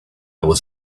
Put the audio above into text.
was